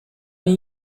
این